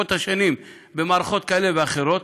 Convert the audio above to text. ברבות השנים במערכות כאלה ואחרות,